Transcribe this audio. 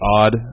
odd